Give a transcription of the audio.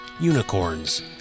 Unicorns